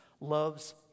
loves